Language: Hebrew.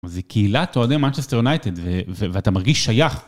זו קהילת אוהדי מנצ'סטר יונייטד, ואתה מרגיש שייך.